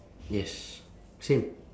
yes same